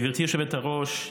גברתי היושבת-ראש,